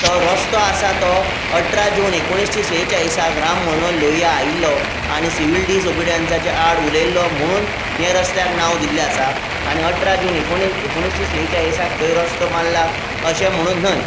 तो रस्तो आसा तो अठरा जून एकोणिशें सेचाळिसाक राम मनोहर लोहिया आयिल्लो आनी सिवील डिसओबिडियन्साच्या आड उलयिल्लो म्हुणून ह्या रस्त्याक नांव दिल्लें आसा आनी अठरा जून एकोणि एकोणिशें सेचाळिसाक थंय रस्तो बांदला अशें म्हुणून न्हय